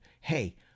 hey